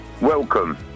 Welcome